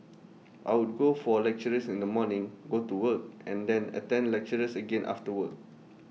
I would go for A lectures in the morning go to work and then attend lectures again after work